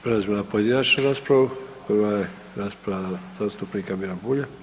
Prelazimo na pojedinačnu raspravu, prva je rasprava zastupnika Mira Bulja.